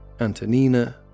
Antonina